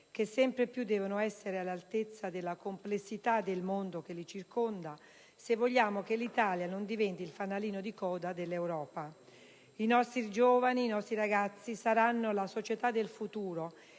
che sempre più devono essere all'altezza della complessità del mondo che li circonda se vogliamo che l'Italia non diventi il fanalino di coda dell'Europa. I nostri ragazzi, i nostri giovani, saranno la società del futuro